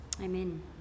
Amen